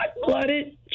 blooded